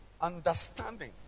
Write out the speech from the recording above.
understanding